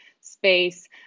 space